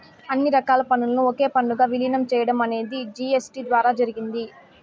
అన్ని రకాల పన్నులను ఒకే పన్నుగా విలీనం చేయడం అనేది జీ.ఎస్.టీ ద్వారా జరిగింది